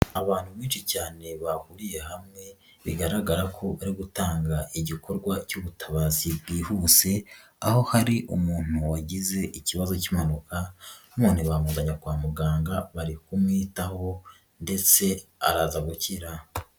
Abantu benshi cyane bahuriye hamwe bigaragara ko bari gutanga igikorwa cy'ubutabazi bwihuse, aho hari umuntu wagize ikibazo cy'umwuuka none bamuzanye kwa muganga bari kumwitaho ndetse araza gukira.